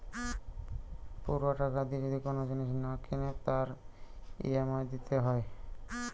পুরা টাকা দিয়ে যদি কোন জিনিস না কিনে তার ই.এম.আই দিতে হয়